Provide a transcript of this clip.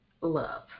love